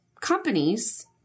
companies